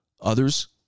Others